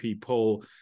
poll